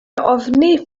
ofni